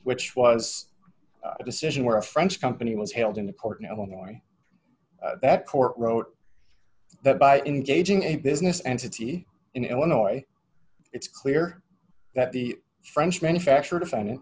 which was a decision where a french company was held in a court no more that court wrote that by engaging a business entity in illinois it's clear that the french manufacture defend